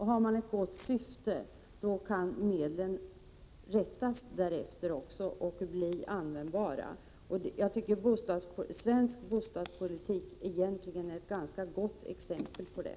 Har man ett gott syfte kan medlen rättas därefter, och då kan regleringar och bestämmelser bli användbara. Jag tycker att svensk bostadspolitik egentligen är ett ganska gott exempel på det.